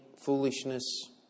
foolishness